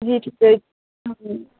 جی ٹھیک ہے